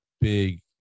big